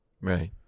Right